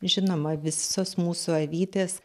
žinoma visos mūsų avytės